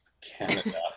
Canada